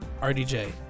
RDJ